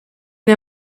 der